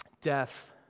Death